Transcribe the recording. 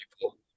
people